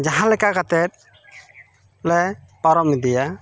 ᱡᱟᱦᱟᱸ ᱞᱮᱠᱟ ᱠᱟᱛᱮᱫ ᱞᱮ ᱯᱟᱨᱚᱢ ᱤᱫᱤᱭᱟ